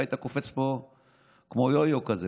אתה היית קופץ פה כמו יו-יו כזה.